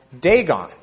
Dagon